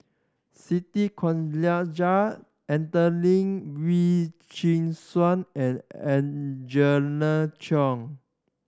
Siti Khalijah Adelene Wee Chin Suan and Angela